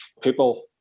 people